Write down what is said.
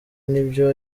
nibyo